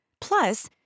Plus